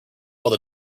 while